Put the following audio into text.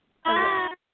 Hi